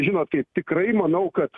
žinot kaip tikrai manau kad